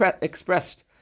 expressed